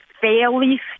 fairly